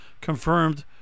confirmed